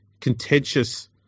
contentious